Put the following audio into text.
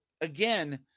again